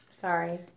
Sorry